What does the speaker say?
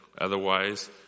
Otherwise